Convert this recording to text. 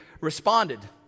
responded